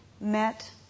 met